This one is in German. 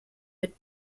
mit